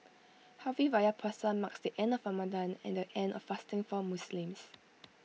Hari Raya Puasa marks the end of Ramadan and the end of fasting for Muslims